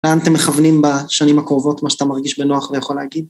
לאן אתם מכוונים בשנים הקרובות, מה שאתה מרגיש בנוח ויכול להגיד?